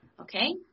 okay